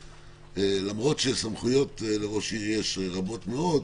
למרות שסמכויות לראש עיר יש רבות מאוד,